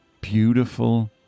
beautiful